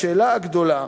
השאלה הגדולה,